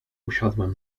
usiadłem